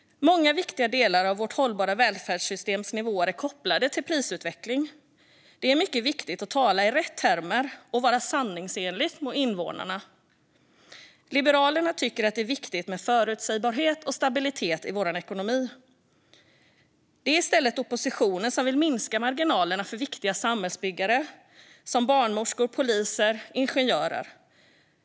Många viktiga delar av vårt hållbara välfärdssystems nivåer är kopplade till prisutveckling. Det är mycket viktigt att tala i rätt termer och vara sanningsenlig mot invånarna. Liberalerna tycker att det är viktigt med förutsägbarhet och stabilitet i vår ekonomi. Det är oppositionen som i stället vill minska marginalerna för viktiga samhällsbyggare som barnmorskor, poliser och ingenjörer.